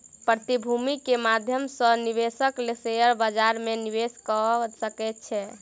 प्रतिभूति के माध्यम सॅ निवेशक शेयर बजार में निवेश कअ सकै छै